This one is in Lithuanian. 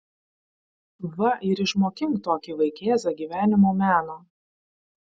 va ir išmokink tokį vaikėzą gyvenimo meno